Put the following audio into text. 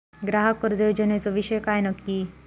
ग्राहक कर्ज योजनेचो विषय काय नक्की?